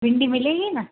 भिंडी मिलेगी ना